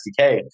SDK